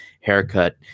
haircut